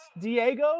Diego